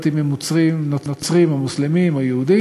אם הם נוצרים או מוסלמים או יהודים,